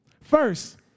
First